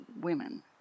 women